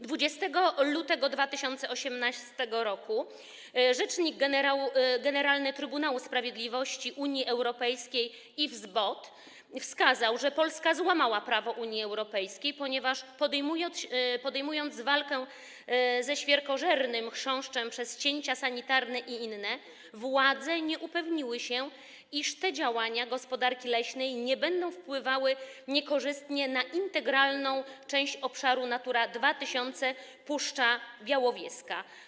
20 lutego 2018 r. rzecznik generalny Trybunału Sprawiedliwości Unii Europejskiej Yves Bot wskazał, że Polska złamała prawo Unii Europejskiej, ponieważ podejmując walkę ze świerkożernym chrząszczem przez cięcia sanitarne i inne, władze nie upewniły się, czy te działania gospodarki leśnej nie będą wpływały niekorzystnie na integralną część obszaru Natura 2000 Puszcza Białowieska.